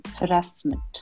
harassment